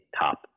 top